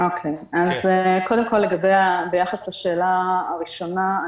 ביחס לשאלה הראשונה,